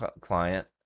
client